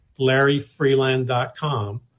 LarryFreeland.com